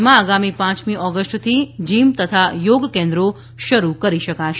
રાજ્માં આગામી પાંચમી ઓગસ્ટથી જીમ તથા યોગ કેન્દ્રો શરૂ કરી શકાશે